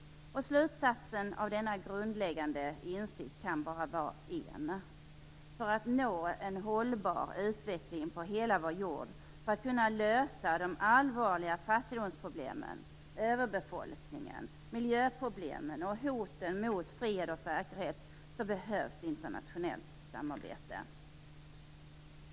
Slutsatsen av denna grundläggande insikt kan bara vara en: För att vi skall kunna nå en hållbar utveckling på hela vår jord, lösa de allvarliga fattigdomsproblemen, överbefolkningen, miljöproblemen och hoten mot fred och säkerhet, behövs internationellt samarbete.